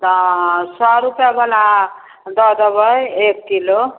तऽ अहाँ सओ रुपैएवला दऽ देबै एक किलो